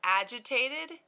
agitated